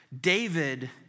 David